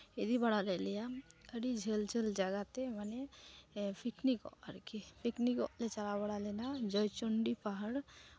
ᱤᱫᱤ ᱵᱟᱲᱟ ᱞᱮᱜ ᱞᱮᱭᱟ ᱟᱹᱰᱤ ᱡᱷᱟᱹᱞ ᱡᱷᱟᱹᱞ ᱡᱟᱭᱜᱟ ᱛᱮ ᱢᱟᱱᱮ ᱯᱤᱠᱱᱤᱠᱚᱜ ᱟᱨᱠᱤ ᱯᱤᱠᱱᱤᱠᱚᱜ ᱞᱮ ᱪᱟᱞᱟᱣ ᱵᱟᱲᱟ ᱞᱮᱱᱟ ᱡᱚᱭ ᱪᱚᱱᱰᱤ ᱯᱟᱦᱟᱲ